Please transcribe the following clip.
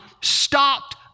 stopped